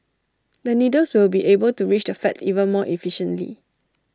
the needles will be able to reach the fat even more efficiently